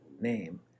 name